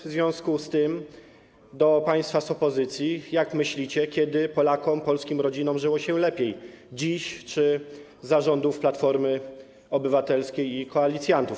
W związku z tym pytanie do państwa z opozycji: Jak myślicie, kiedy Polakom, polskim rodzinom żyło się lepiej - dziś czy za rządów Platformy Obywatelskiej i ich koalicjantów?